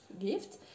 gift